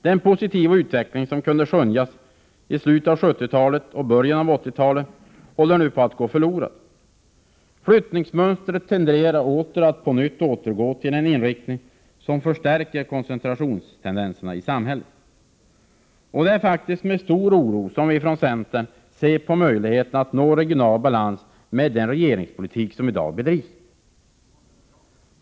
Den positiva utveckling som kunde skönjas i slutet av 1970-talet och början av 1980-talet håller nu på att gå förlorad. Flyttningsmönstret tenderar att återgå till en inriktning som förstärker koncentrationstendenserna i samhället. Det är faktiskt med stor oro som vi från centern ser på möjligheterna att nå regional balans med den regeringspolitik som i dag bedrivs.